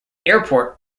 airport